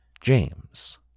James